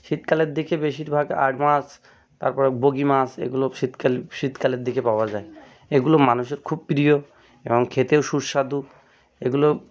শীতকালের দিকে বেশিরভাগ আড় মাছ তার পরে বগি মাছ এগুলো শীতকাল শীতকালের দিকে পাওয়া যায় এগুলো মানুষের খুব প্রিয় এবং খেতেও সুস্বাদু এগুলো